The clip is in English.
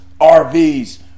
rvs